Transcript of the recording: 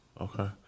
Okay